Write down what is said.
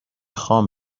خام